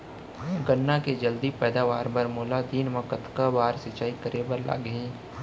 गन्ना के जलदी पैदावार बर, मोला दिन मा कतका बार सिंचाई करे बर लागही?